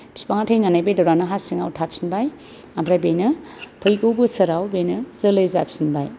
बिफाङा थैनानै बेदरानो हा सिङाव थाफिनबाय ओमफ्राय बेनो फैगौ बोसोराव बेनो जोलै जाफिनबाय